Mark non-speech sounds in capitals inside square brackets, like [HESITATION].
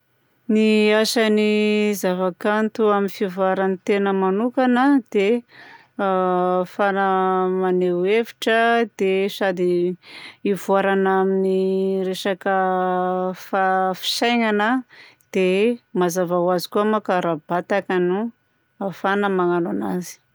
Ny asan'ny zavakanto amin'ny fivoaran'ny tena manokagna dia a [HESITATION] ahafahana maneho hevitra dia sady ivoarana amin'ny resaka fa- fisaignana dia mazava ho azy koa moa fa ara-batagna no ahafahana magnano anazy.